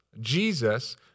Jesus